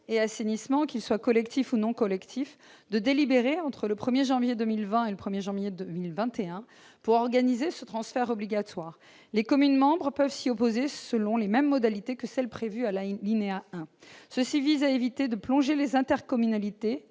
et « assainissement », que celui-ci soit collectif ou non collectif, de délibérer entre le 1 janvier 2020 et le 1 janvier 2021 pour organiser ce transfert obligatoire. Les communes membres peuvent s'y opposer, selon les mêmes modalités que celles qui sont prévues à l'alinéa 1, et ce afin d'éviter de plonger les intercommunalités